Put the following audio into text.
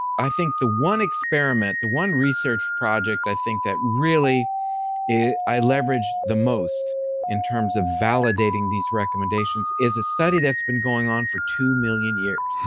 i think the one experiment, the one research project i think that really i leverage the most in terms of validating these recommendations is a study that's been going on for two million years.